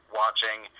watching